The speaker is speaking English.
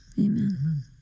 Amen